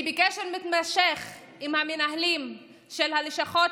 אני בקשר מתמשך עם המנהלים של הלשכות